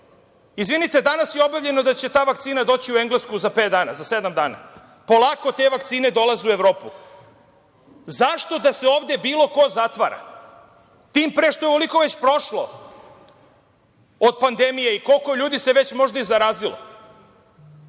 Izvinite, danas je objavljeno da će ta vakcina doći u Englesku za pet dana, za sedam dana. Polako te vakcine dolaze u Evropu. Zašto da se ovde bilo ko zatvara, tim pre što je ovoliko već prošlo od pandemije i koliko ljudi se već možda i zarazilo? Pa